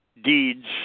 deeds